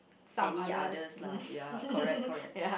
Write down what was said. any others lah ya correct correct